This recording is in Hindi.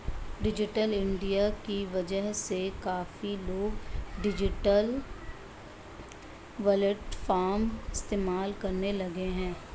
डिजिटल इंडिया की वजह से काफी लोग डिजिटल प्लेटफ़ॉर्म इस्तेमाल करने लगे हैं